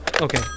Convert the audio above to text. Okay